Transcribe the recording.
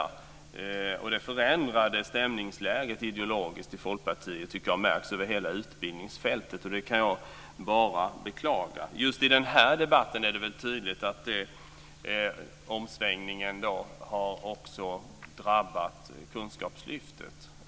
Det ideologiskt förändrade stämningsläget i Folkpartiet märks över hela utbildningsfältet, och det kan jag bara beklaga. Just i den här debatten är det väldigt tydligt att omsvängningen också har drabbat Kunskapslyftet.